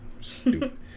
Stupid